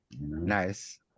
Nice